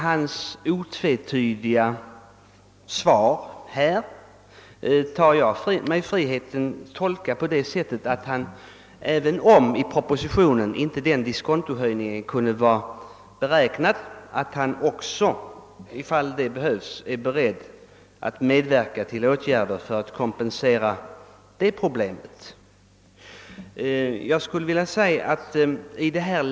Jag tar mig emellertid friheten att tolka statsrådets positiva svar så, att han är beredd att medverka till åtgärder för att kompensera kostnader som drabbar fiskarna genom diskontohöjningen, som ju inte var bestämd när propositionen skrevs.